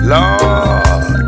Lord